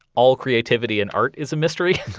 all creativity and art is a mystery